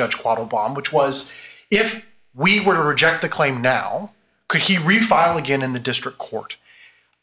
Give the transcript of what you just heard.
judge wattle bomb which was if we were reject the claim now could he refile again in the district court